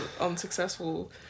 unsuccessful